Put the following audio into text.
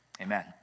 Amen